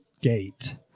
gate